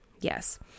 Yes